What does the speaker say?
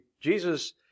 Jesus